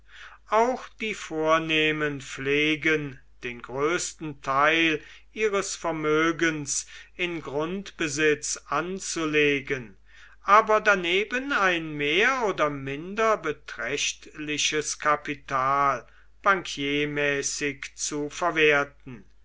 auch die vornehmen pflegen den größten teil ihres vermögens in grundbesitz anzulegen aber daneben ein mehr oder minder beträchtliches kapital bankiermäßig zu verwerten